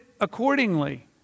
accordingly